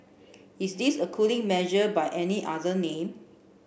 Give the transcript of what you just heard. is this a cooling measure by any other name